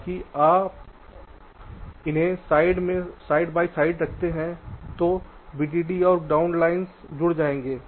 ताकि अगर आप उन्हें साइड में रखते हैं तो VDD और ग्राउंड लाइन जुड़ जाएंगे